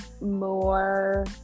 more